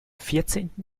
vierzehnten